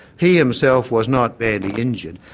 he himself was not badly injured.